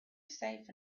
safe